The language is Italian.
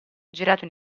girato